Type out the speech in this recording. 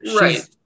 right